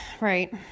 right